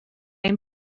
ein